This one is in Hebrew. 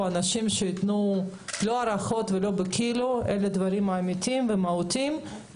אנשים שייתנו לא הערכות ולא בכאילו אלא דברים אמיתיים ומהותיים.